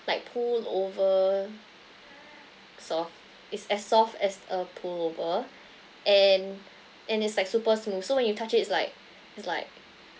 like pullover soft it's as soft as a pullover and and it's like super smooth so when you touch it is like is like